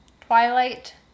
Twilight